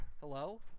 Hello